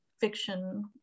fiction